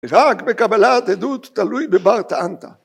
‫רק בקבלת עדות תלוי בבארטה אנטה.